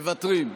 מוותרים.